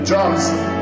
Johnson